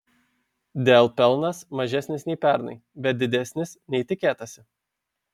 dell pelnas mažesnis nei pernai bet didesnis nei tikėtasi